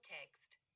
text